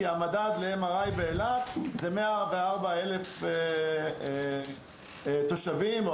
כי המדד ל-MRI באילת זה 104,000 תושבים או